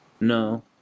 No